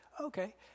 okay